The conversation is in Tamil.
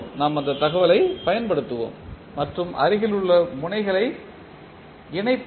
நாம் அந்த தகவலைப் பயன்படுத்துவோம் மற்றும் அருகிலுள்ள முனைகளை இணைப்போம்